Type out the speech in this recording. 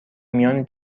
میان